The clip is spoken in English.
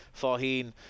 Faheen